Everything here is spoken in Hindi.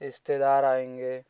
रिश्तेदार आएँगे